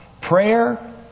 prayer